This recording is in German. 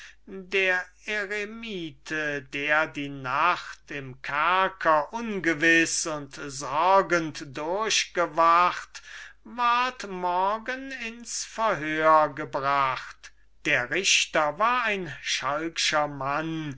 der eremite der die nacht im kerker ungewiß und sorgend durchgemacht ward morgen ins verhör gebracht der richter war ein schalkscher mann